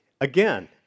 Again